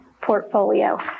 portfolio